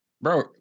Bro